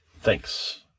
thanks